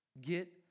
Get